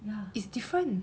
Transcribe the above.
ya it's different